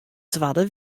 twadde